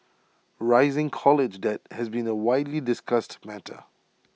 rising college debt has been A widely discussed matter